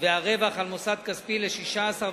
והרווח על מוסד כספי ל-16.5%.